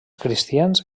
cristians